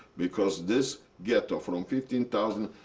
because this ghetto, from fifteen thousand,